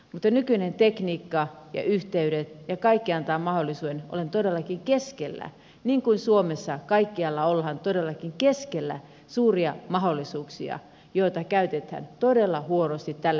mutta nykyinen tekniikka ja yhteydet ja kaikki antavat mahdollisuuden olla todellakin keskellä niin kuin suomessa kaikkialla ollaan todellakin keskellä suuria mahdollisuuksia joita käytetään todella huonosti tällä hetkellä hyväksi